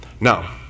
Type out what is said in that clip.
now